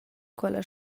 quella